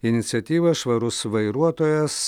iniciatyvą švarus vairuotojas